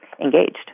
engaged